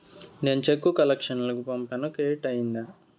నేను చెక్కు ను కలెక్షన్ కు పంపాను క్రెడిట్ అయ్యిందా